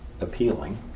appealing